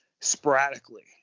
sporadically